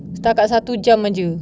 setakat satu jam ah jer